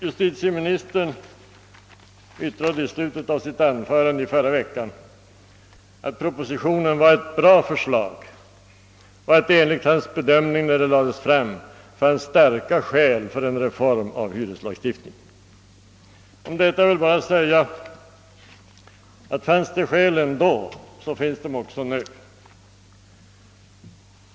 Justitieministern yttrade i slutet av sitt anförande i förra veckan att propositionen var ett bra förslag och att det enligt hans bedömning fanns starka skäl för en reform av hyreslagstiftningen när propositionen lades fram. Om detta är väl bara att säga, att fanns de skälen då, så finns de också nu.